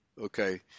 okay